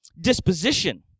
disposition